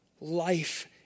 Life